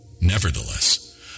Nevertheless